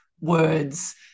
words